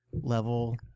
level